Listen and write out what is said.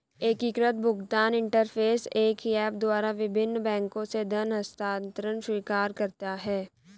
एकीकृत भुगतान इंटरफ़ेस एक ही ऐप द्वारा विभिन्न बैंकों से धन हस्तांतरण स्वीकार करता है